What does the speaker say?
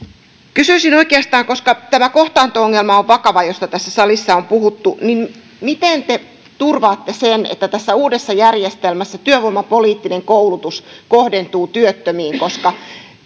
kysyisin oikeastaan koska tämä kohtaanto ongelma on vakava josta tässä salissa on puhuttu miten te turvaatte sen että tässä uudessa järjestelmässä työvoimapoliittinen koulutus kohdentuu työttömiin koska